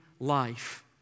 life